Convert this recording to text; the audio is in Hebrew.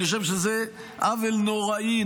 אני חושב שזה עוול נוראי,